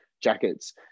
jackets